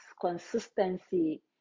consistency